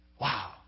Wow